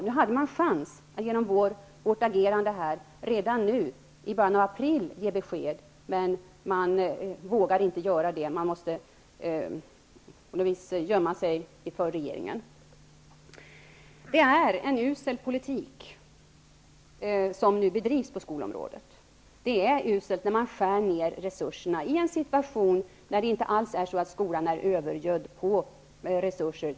Nu hade utskottet genom vårt agerande en chans att redan nu, i början av april, ge besked, men man vågade inte göra det, utan man måste på något vis gömma sig för regeringen. Det är en usel politik som nu bedrivs på skolområdet. Det är en usel politik att skära ner resurserna i en situation då skolan inte alls sedan tidigare är övergödd på resurser.